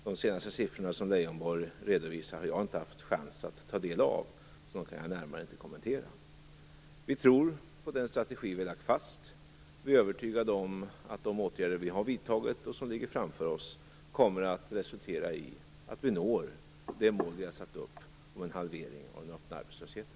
De senaste siffrorna, som Leijonborg redovisar, har jag inte haft chans att ta del av. Dem kan jag inte kommentera närmare. Vi tror på den strategi vi har lagt fast. Vi är övertygade om att de åtgärder vi har vidtagit och som ligger framför oss kommer att resultera i att vi når de mål vi har satt upp om en halvering av den öppna arbetslösheten.